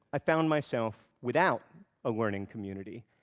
i found myself without a learning community,